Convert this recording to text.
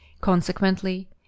Consequently